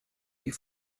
die